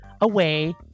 away